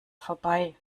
vorbei